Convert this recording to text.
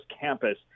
campus